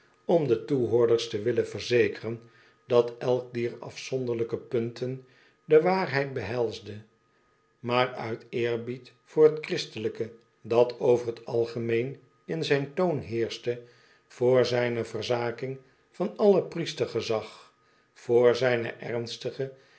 om de toehoorders te willen verzekeren dat elk dier afzonderlijke punten de waarheid behelsde maar uit eerbied voor t christelijke dat over'talgemeen in zijn toon heerschte voor zijne verzaking van allepriestergezag voor zijne ernstige